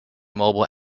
mobile